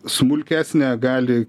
smulkesnę gali